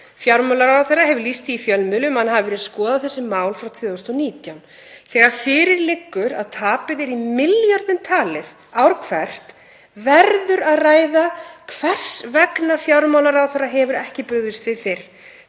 Fjármálaráðherra hefur lýst því í fjölmiðlum að hann hafi verið að skoða þessi mál frá 2019. Þegar fyrir liggur að tapið er í milljörðum talið ár hvert verður að ræða hvers vegna fjármálaráðherra hefur ekki brugðist við fyrr.